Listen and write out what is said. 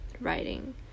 writing